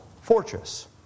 fortress